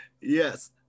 yes